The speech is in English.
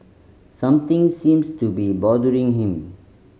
something seems to be bothering him